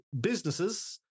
businesses